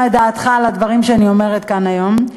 את דעתך על הדברים שאני אומרת כאן היום.